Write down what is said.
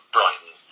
Brighton